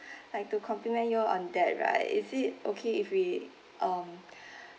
like to complement you on that right is it okay if we um